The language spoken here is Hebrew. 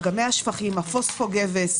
אגמי השפכים, הפוספו גבס,